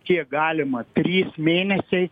kiek galima trys mėnesiai